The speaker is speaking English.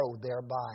thereby